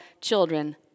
children